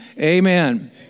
Amen